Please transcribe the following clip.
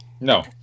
No